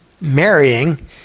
marrying